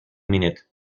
minute